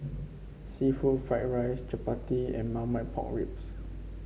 seafood Fried Rice chappati and Marmite Pork Ribs